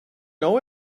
know